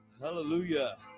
Hallelujah